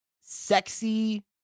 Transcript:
sexy